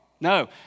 No